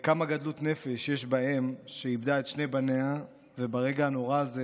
כמה גדלות נפש יש באם שאיבדה את שני בניה וברגע הנורא הזה